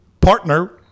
partner